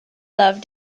love